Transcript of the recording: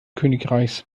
königreichs